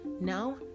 Now